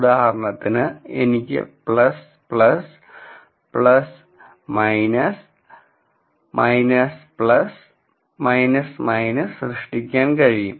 ഉദാഹരണത്തിന് എനിക്ക് സൃഷ്ടിക്കാൻ കഴിയും